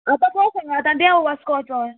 आतां बस हांगा आतां देंव वास्को वचोन